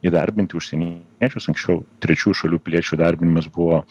įdarbinti užsieniečius anksčiau trečiųjų šalių piliečių įdarbinimas buvo